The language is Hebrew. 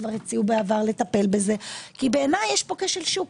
הציעו בעבר לטפל בזה כי בעיניי יש פה כשל שוק.